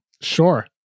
Sure